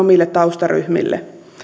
omille taustaryhmille